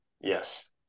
Yes